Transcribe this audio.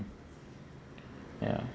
ya